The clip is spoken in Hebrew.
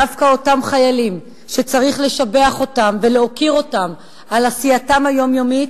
דווקא אותם חיילים שצריך לשבח אותם ולהוקיר אותם על עשייתם היומיומית,